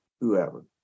whoever